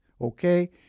okay